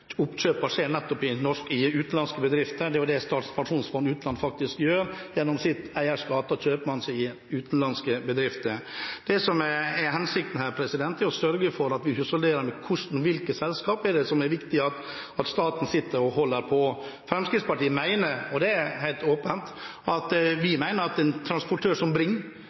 rød-grønne regjeringen, nettopp har medvirket til de store oppkjøpene i utenlandske bedrifter. Det er jo det Statens pensjonsfond utland faktisk gjør. Gjennom sitt eierskap kjøper man seg inn i utenlandske bedrifter. Det som er hensikten her, er å sørge for at vi husholderer med hvilke selskap det er viktig at staten sitter og holder på. Fremskrittspartiet mener – og det er helt åpent – at en transportør som